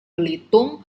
belitung